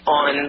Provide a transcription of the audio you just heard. on